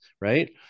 Right